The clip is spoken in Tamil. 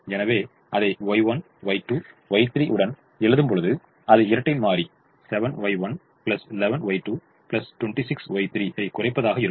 எனவே அதை Y1Y2Y3 உடன் எழுதும்போது அது இரட்டைமாறி 7Y1 11Y2 26Y3 ஐக் குறைப்பதாக இருக்கும்